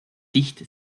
sicht